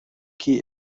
key